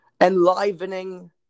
enlivening